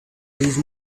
leave